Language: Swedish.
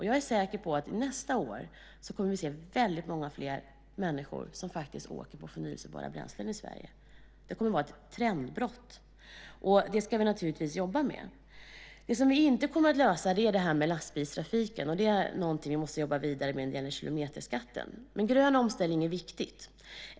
Jag är säker på att vi nästa år kommer att få många fler människor som kör med förnybara bränslen i Sverige. Det kommer att vara ett trendbrott, och det ska vi jobba med. Det som vi inte kommer att lösa är det här med lastbilstrafiken. Kilometerskatten är någonting som vi måste jobba vidare med. Grön omställning är viktig.